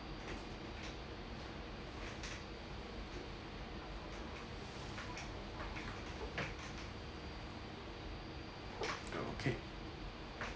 okay